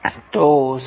तो sin−11𝜋2